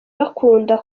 bakunda